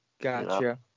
gotcha